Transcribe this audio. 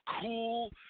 cool